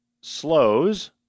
slows